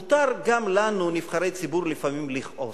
מותר גם לנו, נבחרי ציבור, לפעמים לכעוס.